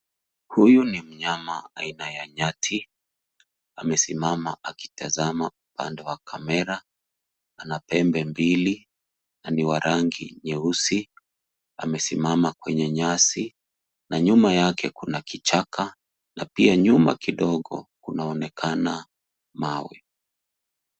Huyu ni mnyama aina ya Nyati amesimama akitazama upande wa kamera ana pembe mbili na ni wa rangi nyeusi, amesimama kwenye nyasi na nyuma yake kuna kichaka na pia nyuma kidogo unaonekana mawe.